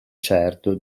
certo